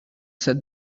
said